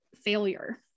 failure